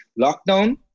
lockdown